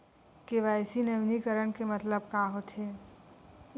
KYC नवीनीकरण के मतलब का होथे?